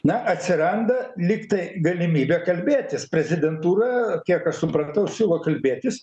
na atsiranda lyg tai galimybė kalbėtis prezidentūra kiek aš supratausiūlo kalbėtis